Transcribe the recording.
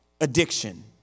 addiction